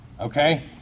okay